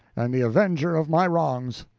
and the avenger of my wrongs.